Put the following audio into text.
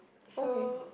so